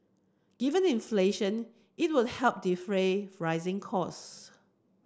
given inflation it will help defray rising costs